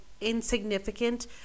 insignificant